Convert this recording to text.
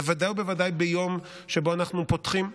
בוודאי ובוודאי ביום שבו אנחנו פותחים,